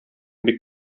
бик